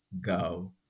go